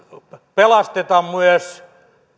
pelasteta myös